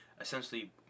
essentially